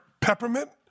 peppermint